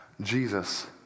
Jesus